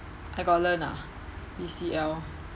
I got learn ah B_C_L